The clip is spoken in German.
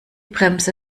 bremse